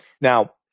Now